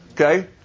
okay